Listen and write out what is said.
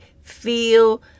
feel